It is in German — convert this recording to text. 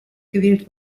gewählt